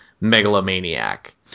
megalomaniac